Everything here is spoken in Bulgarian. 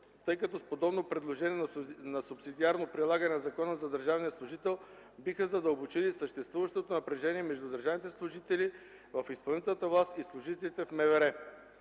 тъй като с подобно предложение за субсидиарно прилагане на Закона за държавния служител биха задълбочили съществуващото напрежение между държавните служители в изпълнителната власт и служителите в МВР.